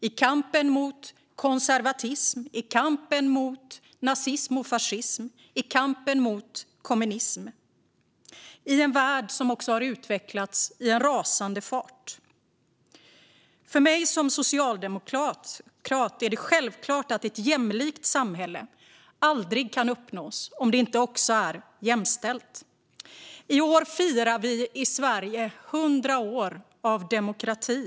Det har varit en kamp mot konservatism, mot nazism och fascism och mot kommunism i en värld som har utvecklats i en rasande fart. För mig som socialdemokrat är det självklart att ett jämlikt samhälle aldrig kan uppnås om det inte också är jämställt. I år firar vi i Sverige 100 år av demokrati.